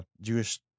Jewish